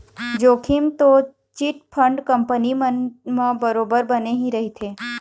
जोखिम तो chit fund company मन म बरोबर बने ही रहिथे